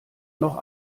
noch